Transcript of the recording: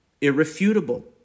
irrefutable